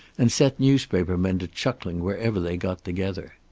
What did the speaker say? and set newspaper men to chuckling wherever they got together.